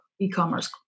e-commerce